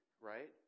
Right